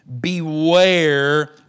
Beware